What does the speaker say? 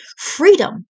freedom